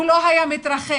הוא לא היה מתרחק.